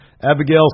Abigail